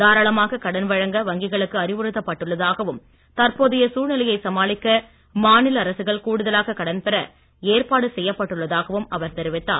தாராளமாக கடன் வழங்க வங்கிகளுக்கு அறிவுறுத்தப் பட்டுள்ளதாகவும் தற்போதைய சூழ்நிலையை சமாளிக்க மாநில அரசுகள் கூடுதலாக கடன் பெற ஏற்பாடு செய்யப் பட்டுள்ளதாகவும் அவர் தெரிவித்தார்